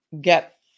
get